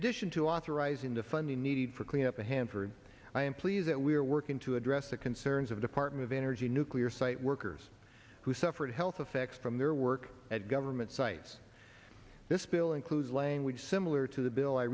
addition to authorizing the funding needed for clean up the hanford i am pleased that we are working to address the concerns of department of energy nuclear site workers who suffered health effects from their work at government sites this bill includes language similar to the bill i